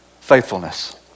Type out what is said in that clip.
faithfulness